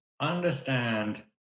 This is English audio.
Understand